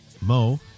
Mo